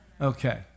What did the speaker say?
Okay